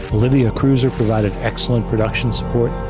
ah olivia cruiser provided excellent production support,